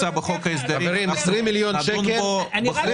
בתוך חוק ההסדרים שנדון בו בכובד ראש.